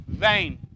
vain